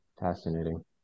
Fascinating